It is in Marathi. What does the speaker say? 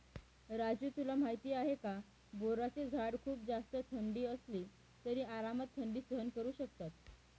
राजू तुला माहिती आहे का? बोराचे झाड खूप जास्त थंडी असली तरी आरामात थंडी सहन करू शकतात